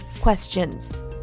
questions